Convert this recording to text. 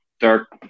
dark